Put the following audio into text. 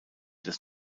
des